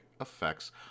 effects